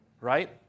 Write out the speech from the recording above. right